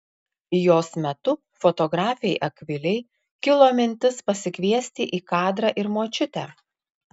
jos metu fotografei akvilei kilo mintis pasikviesti į kadrą ir močiutę